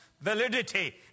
...validity